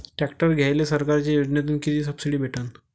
Tractor घ्यायले सरकारच्या योजनेतून किती सबसिडी भेटन?